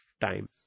times